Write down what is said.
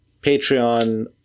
Patreon